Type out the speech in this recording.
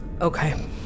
Okay